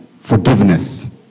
forgiveness